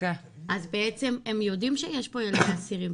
אז בעצם הם יודעים שיש פה אסירים,